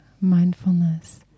mindfulness